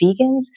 vegans